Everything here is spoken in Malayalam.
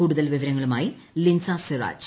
കൂടുതൽ വിവരങ്ങളുമായി ലിൻസ സിറാജ്